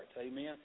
Amen